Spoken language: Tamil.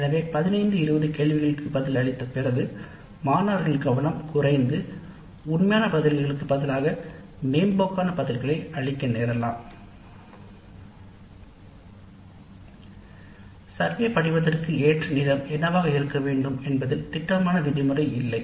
எனவே 15 20 கேள்விகளுக்கு பதில் அளித்த பிறகு மாணவர்களின் கவனம் குறைந்து மேம்போக்கான பதில்களை அளிக்க நேரலாம் கணக்கெடுப்பு படிவத்தின் நீளம் என்னவாக இருக்க வேண்டும் என்பதில் திடமான விதிமுறை இல்லை